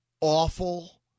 awful